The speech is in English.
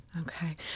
Okay